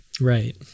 right